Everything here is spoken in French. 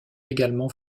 également